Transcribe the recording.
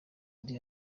indi